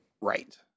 Right